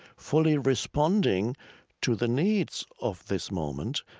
fully responding to the needs of this moment,